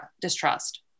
distrust